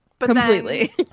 Completely